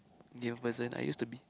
new person I used to be